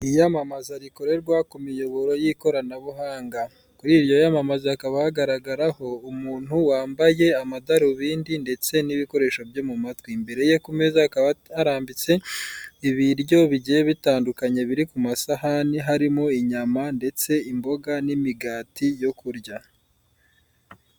Iyamamaza rikorerwa ku miyoboro y'ikoranabuhanga, kuri iryo yamamaza hakaba hagagaraho umuntu wambaye amadarubindi ndetse n'ibikoresho byo mu matwi. Imbere ye ku meza hakaba harambitse ibiryo bigiye bitandukanye biri ku masahane harimo inyama ndetse imboga n'imigati yo kurya.